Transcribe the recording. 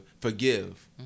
forgive